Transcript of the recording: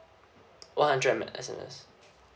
one hundred M uh S_M_S